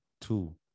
two